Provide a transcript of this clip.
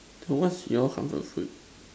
so what's your comfort food